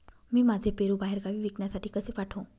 मी माझे पेरू बाहेरगावी विकण्यासाठी कसे पाठवू?